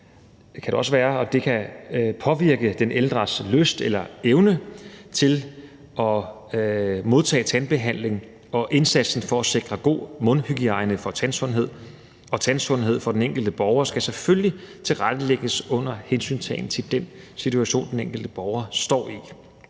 det kan påvirke den ældres lyst eller evne til at modtage tandbehandling. Og indsatsen for at sikre god mundhygiejne og tandsundhed for den enkelte borger skal selvfølgelig tilrettelægges under hensyntagen til den situation, den enkelte borger står i.